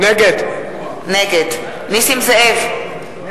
נגד נסים זאב,